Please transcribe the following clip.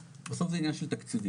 בסוף זה עניין של תקציבית,